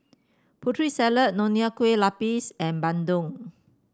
Putri Salad Nonya Kueh Lapis and bandung